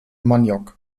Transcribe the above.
maniok